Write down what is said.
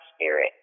spirit